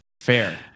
Fair